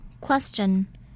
Question